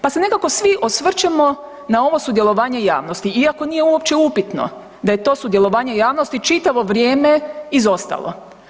Pa se nekako svi osvrćemo na ovo sudjelovanje javnosti, iako nije uopće upitno da je to sudjelovanje javnosti čitavo vrijeme izostalo.